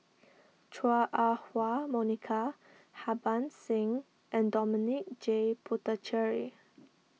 Chua Ah Huwa Monica Harbans Singh and Dominic J Puthucheary